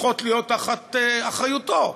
צריכות להיות תחת אחריותו?